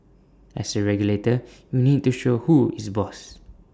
as A regulator you need to show who is boss